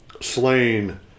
slain